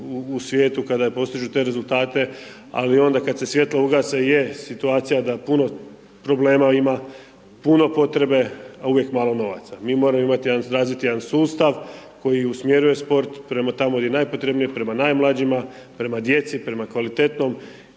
u svijetu kada postižu te rezultate, ali onda kad se svijetla ugase, je, situacija da puno problema ima, puno potrebe, a uvijek malo novaca. Mi moramo razviti jedan sustav koji usmjeruje sport prema tamo gdje je najpotrebnije, prema najmlađima, prema djeci, prema kvalitetnom